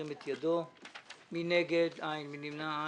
הצבעה בעד פה אחד ביטול הפטור ממכרז לשלוש משרות מנהלי